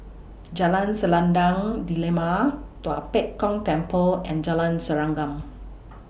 Jalan Selendang Delima Tua Pek Kong Temple and Jalan Serengam